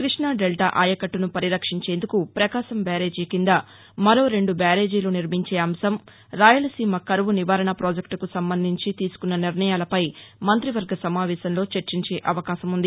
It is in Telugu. కృష్ణా దెల్టా ఆయకట్టను పరిరక్షించేందుకు పకాశం బ్యారేజీ కింద మరో రెందు బ్యారేజీలు నిర్మించే అంశం రాయలసీమ కరువు నివారణ పాజెక్టుకు సంబంధించి తీసుకున్న నిర్ణయాలపై మంతివర్గ సమావేశంలో చర్చించే అవకాశం ఉంది